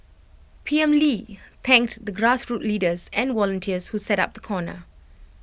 P M lee thanked the grassroots leaders and volunteers who set up the corner